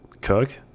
Cook